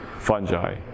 Fungi